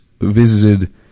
visited